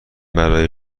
برای